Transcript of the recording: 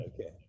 okay